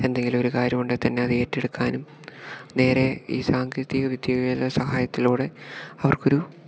എന്തെങ്കിലും ഒരു കാര്യം ഉണ്ടേൽത്തന്നെ അത് ഏറ്റെടുക്കാനും നേരെ ഈ സാങ്കേതിക വിദ്യയുടെ സഹായത്തിലൂടെ അവർക്കൊരു